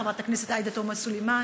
חברת הכנסת עאידה תומא סלימאן?